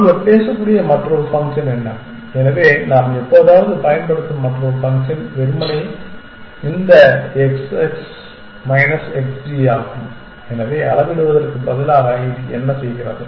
ஒருவர் பேசக்கூடிய மற்ற ஃபங்க்ஷன் என்ன எனவே நாம் எப்போதாவது பயன்படுத்தும் மற்றொரு ஃபங்க்ஷன் வெறுமனே இந்த xs மைனஸ் xg ஆகும் எனவே அளவிடுவதற்கு பதிலாக இது என்ன செய்கிறது